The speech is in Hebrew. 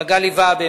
מגלי והבה,